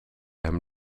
hem